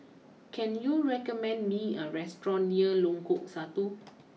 can you recommend me a restaurant near Lengkong Satu